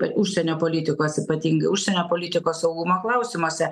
užsienio politikos ypatingai užsienio politikos saugumo klausimuose